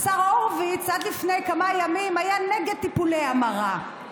השר הורוביץ עד לפני כמה ימים היה נגד טיפולי המרה.